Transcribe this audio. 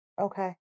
Okay